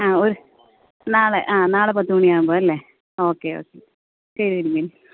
ആ ഒരു നാളെ ആ നാളെ പത്ത് മണിയാവുമ്പോൾ അല്ലേ ഓക്കെ ഓക്കെ ശരി തിരുമേനി